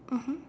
mmhmm